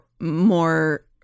more